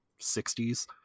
60s